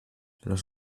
los